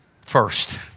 first